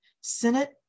Senate